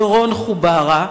דורון חוברה,